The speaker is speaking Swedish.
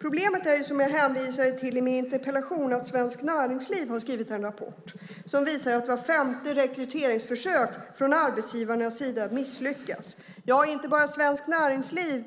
Problemet är, som jag hänvisar till i min interpellation, att Svenskt Näringsliv har skrivit en rapport som visar att vart femte rekryteringsförsök från arbetsgivarnas sida har misslyckats. Det är inte bara Svenskt Näringsliv